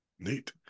Neat